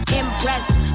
impressed